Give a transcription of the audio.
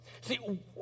See